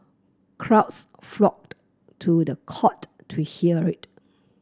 crowds flocked to the court to hear it